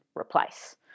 replace